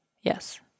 Yes